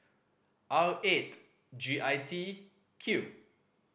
R eight G I T Q